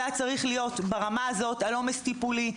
היה צריך להיות ברמה הזו על עומס טיפולי,